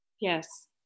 Yes